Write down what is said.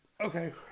Okay